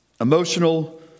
emotional